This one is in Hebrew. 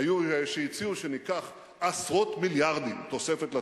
היו שהציעו שניקח עשרות מיליארדים תוספת לתקציב.